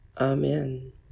Amen